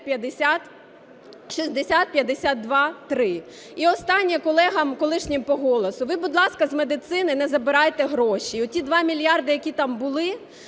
І останнє колегам колишнім по "Голосу". Ви, будь ласка, з медицини не забирайте гроші, оті 2 мільярди, які там були,